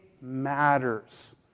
matters